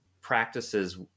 practices